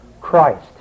Christ